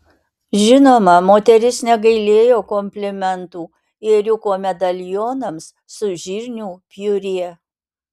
žinoma moteris negailėjo komplimentų ėriuko medalionams su žirnių piurė